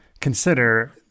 consider